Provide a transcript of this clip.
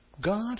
God